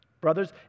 Brothers